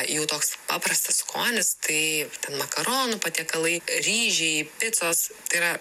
jų toks paprastas skonis tai ten makaronų patiekalai ryžiai picos tai yra